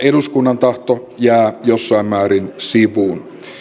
eduskunnan tahto jää jossain määrin sivuun